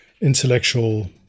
intellectual